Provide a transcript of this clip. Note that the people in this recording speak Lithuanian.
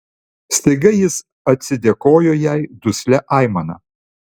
staiga jis atsidėkojo jai duslia aimana